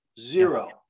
Zero